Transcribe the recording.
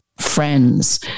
friends